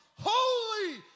holy